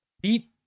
Beat